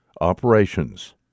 operations